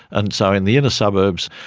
and so in the inner suburbs,